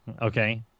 okay